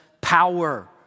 power